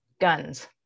guns